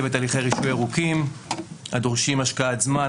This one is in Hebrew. ותהליכי רישוי ארוכים הדורשים השקעת זמן,